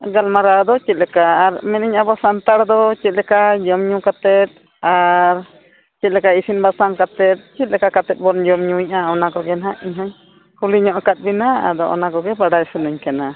ᱜᱟᱞᱢᱟᱨᱟᱣ ᱫᱚ ᱪᱮᱫ ᱞᱮᱠᱟ ᱟᱨ ᱢᱮᱱᱮᱜ ᱟᱹᱧ ᱟᱵᱚ ᱥᱟᱱᱛᱟᱲ ᱫᱚ ᱪᱮᱫ ᱞᱮᱠᱟ ᱡᱚᱢ ᱧᱩ ᱠᱟᱛᱮᱫ ᱟᱨ ᱪᱮᱫ ᱞᱮᱠᱟ ᱤᱥᱤᱱ ᱵᱟᱥᱟᱝ ᱠᱟᱛᱮᱫ ᱪᱮᱫ ᱞᱮᱠᱟ ᱠᱟᱛᱮᱫ ᱵᱚᱱ ᱡᱚᱢ ᱧᱩᱭᱮᱜᱼᱟ ᱚᱱᱟ ᱠᱚᱜᱮ ᱦᱟᱜ ᱤᱧ ᱦᱚᱧ ᱠᱩᱞᱤ ᱧᱚᱜ ᱟᱠᱟᱫ ᱵᱮᱱᱟ ᱟᱫᱚ ᱚᱱᱟ ᱠᱚᱜᱮ ᱵᱟᱰᱟᱭ ᱥᱟᱱᱟᱹᱧ ᱠᱟᱱᱟ